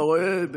אתה רואה?